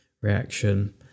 reaction